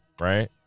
right